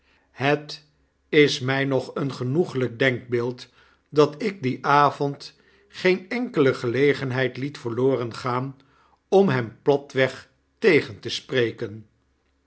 het is mij nog een genoeglijk denkbeeld dat ik dien avond geene enkele gelegenheid het verloren gaan om hem platweg tegen te spreken